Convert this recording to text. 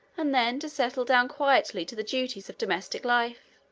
and then to settle down quietly to the duties of domestic life,